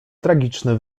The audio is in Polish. tragiczny